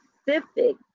specific